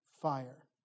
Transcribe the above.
fire